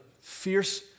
fierce